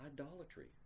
idolatry